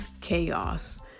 chaos